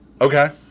Okay